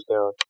down